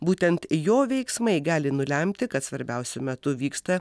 būtent jo veiksmai gali nulemti kad svarbiausiu metu vyksta